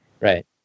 Right